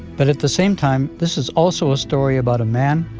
but at the same time, this is also a story about a man,